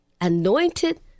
anointed